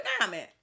comment